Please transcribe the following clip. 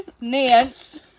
Nance